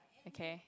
okay